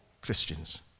Christians